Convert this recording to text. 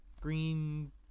Green